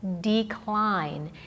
decline